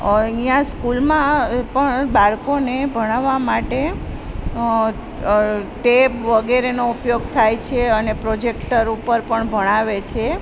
અહીંયા સ્કૂલમાં પણ બાળકોને ભણાવવા માટે ટેબ વગેરેનો ઉપયોગ થાય છે અને પ્રોજેક્ટર ઉપર પણ ભણાવે છે